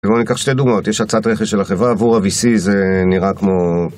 בואו ניקח שתי דוגמאות, יש הצעת רכש של החברה, עבור ה-VC זה נראה כמו...